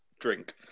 drink